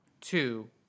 two